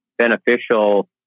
beneficial